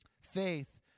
Faith